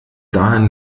dahin